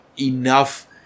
enough